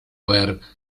ver